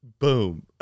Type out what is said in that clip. Boom